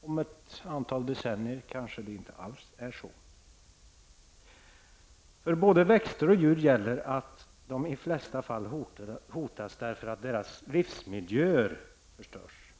och inom ett antal decennier kanske de inte alls finns kvar. För både växter och djur gäller att de i de flesta fall hotas därför att deras livsmiljöer förstörs.